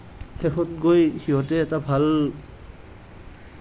শেষত গৈ সিহঁতে এটা ভাল